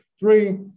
Three